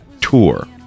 tour